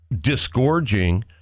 disgorging